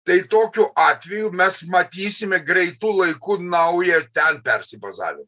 tai tokiu atveju mes matysime greitu laiku naują ten persibazavimą